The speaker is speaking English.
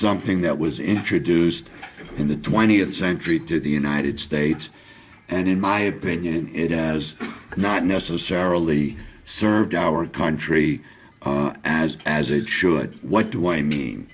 something that was introduced in the twentieth century to the united states and in my opinion it has not necessarily served our country as as it should what do i mean